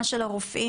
וזה הנושא של הרופאים.